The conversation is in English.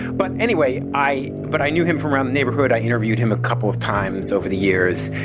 but anyway, i. but i knew him from around the neighborhood. i interviewed him a couple of times over the years.